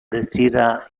desira